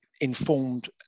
informed